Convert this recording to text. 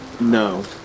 No